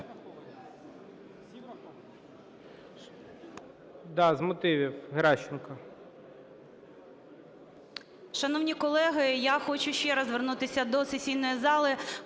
Шановні колеги, я хочу ще раз звернутися до сесійної зали,